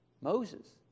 Moses